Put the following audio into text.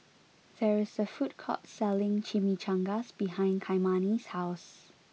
there is a food court selling Chimichangas behind Kymani's house